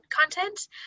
content